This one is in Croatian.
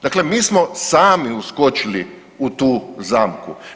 Dakle, mi smo sami uskočili u tu zamku.